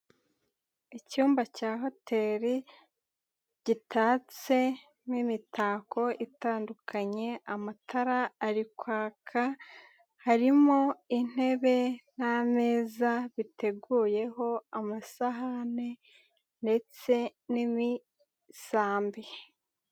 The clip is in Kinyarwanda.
Icyumba cya hoteri gitatsemo imitako itandukanye, amatara ari kwaka, harimo intebe n'ameza biteguyeho amasahani ndetse n'imisambi.